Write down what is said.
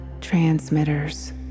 transmitters